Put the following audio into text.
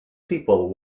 people